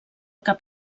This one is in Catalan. cap